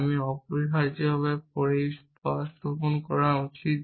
আমি অপরিহার্যভাবে প্রতিস্থাপন করা উচিত